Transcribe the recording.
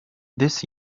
this